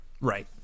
Right